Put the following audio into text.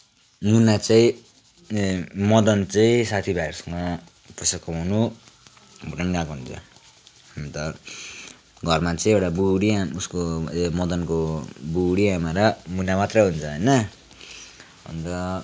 मुना चाहिँ ए मदन चाहिँ साथीभाइहरूसँग पैसा कमाउन भुटान गएको हुन्छ अन्त घरमा चाहिँ एउटी बुढी आमा उसको मदनको बुढी आमा र मुना मात्र हुन्छ होइन अन्त